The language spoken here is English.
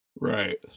right